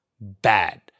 bad